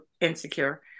insecure